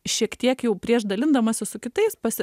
šiek tiek jau prieš dalindamasi su kitais pasi